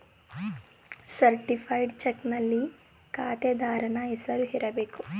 certified ಚಕ್ನಲ್ಲಿ ಖಾತೆದಾರನ ಹೆಸರು ಇರಬೇಕು